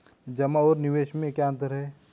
जमा और निवेश में क्या अंतर है?